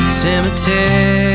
cemetery